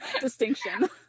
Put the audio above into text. distinction